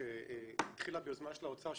שהתחילה ביוזמה של האוצר,